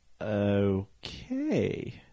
Okay